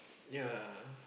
ya